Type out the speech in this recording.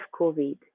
COVID